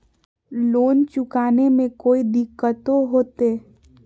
Loan चुकाने में कोई दिक्कतों होते?